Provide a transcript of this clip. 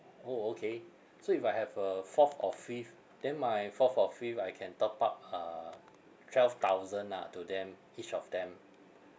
orh okay so if I have a fourth or fifth then my fourth or fifth I can top up uh twelve thousand ah to them each of them